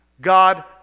God